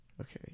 okay